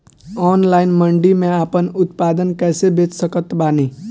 Online मंडी मे आपन उत्पादन कैसे बेच सकत बानी?